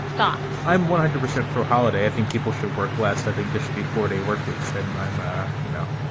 thoughts? i'm one hundred percent for a holiday. i think people should work less. i think there should be four day workweeks. and i'm you know,